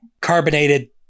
carbonated